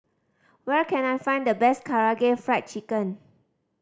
where can I find the best Karaage Fried Chicken